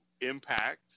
impact